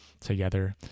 together